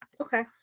Okay